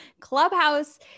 Clubhouse